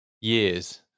years